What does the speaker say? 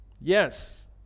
Yes